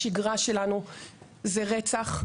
השגרה שלנו זה רצח,